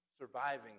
surviving